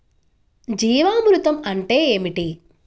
జీవామృతం అంటే ఏమిటి?